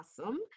awesome